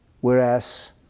whereas